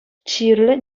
чирлӗ